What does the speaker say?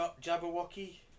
Jabberwocky